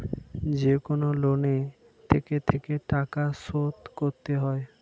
যেকনো লোনে থেকে থেকে টাকা শোধ করতে হয়